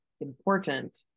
important